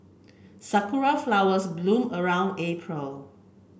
sakura flowers bloom around April